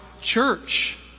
church